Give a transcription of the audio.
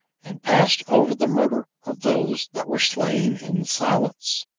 and passed over the murder of those that were slain in silence